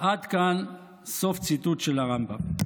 עד כאן הציטוט של הרמב"ם.